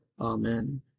Amen